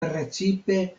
precipe